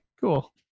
cool